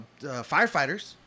firefighters